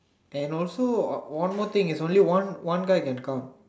and also one more thing it's only one one guy can come